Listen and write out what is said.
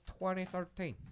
2013